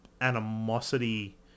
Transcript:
animosity